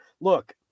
look